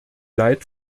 leid